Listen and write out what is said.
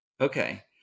Okay